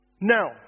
Now